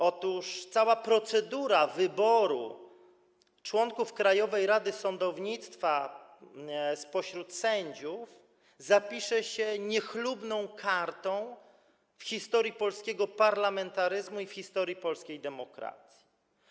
Otóż cała procedura wyboru członków Krajowej Rady Sądownictwa spośród sędziów stanie się niechlubną kartą w historii polskiego parlamentaryzmu i w historii polskiej demokracji.